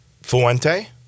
Fuente